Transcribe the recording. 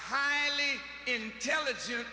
highly intelligent